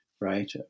right